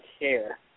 share